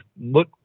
look